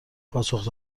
پاسخ